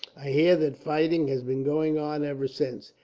i hear that fighting has been going on ever since,